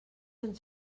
ens